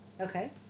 Okay